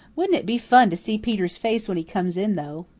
wouldn't it be fun to see peter's face when he comes in, though?